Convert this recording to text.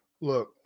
Look